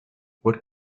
what